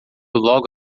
logo